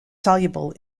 soluble